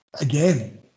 again